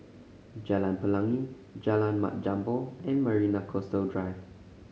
Jalan Pelangi Jalan Mat Jambol and Marina Coastal Drive